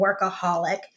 workaholic